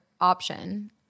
option